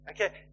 Okay